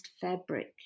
fabric